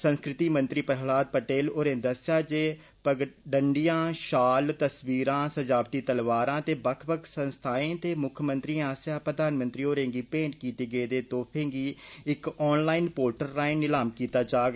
संस्कृति मंत्री प्रहलाद पटेल होरें दस्सेया जे पगड़ीआं शॉल तस्वीरां सजावटी तलवारां ते बक्ख बक्ख संस्थाएं ते मुक्खमंत्रीयें आस्सेया प्रधानमंत्री होरें गी भैंट कीते गेदे द्वए तोहफें गी इक ऑनलाईन पोर्टल राएं नीलाम कीता जाग